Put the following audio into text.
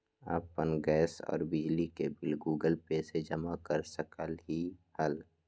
अपन गैस और बिजली के बिल गूगल पे से जमा कर सकलीहल?